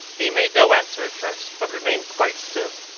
he made no answer at first, but remained quite still.